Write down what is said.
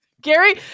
gary